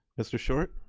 mr. short?